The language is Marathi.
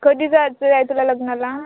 कधी जायचं आहे तुला लग्नाला